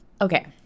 Okay